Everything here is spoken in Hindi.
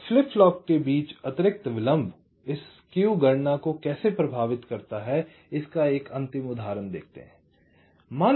और फ्लिप फ्लॉप के बीच अतिरिक्त विलंब इस स्केव गणना को कैसे प्रभावित करता है इसका एक अंतिम उदाहरण देखते हैं